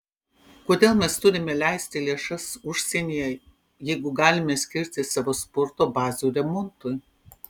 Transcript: kodėl mes turime leisti lėšas užsienyje jeigu galime skirti savo sporto bazių remontui